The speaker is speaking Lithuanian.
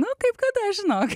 nu kaip kada žinok